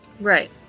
Right